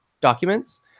documents